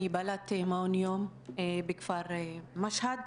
אני בעלת מעון יום בכפר משהד.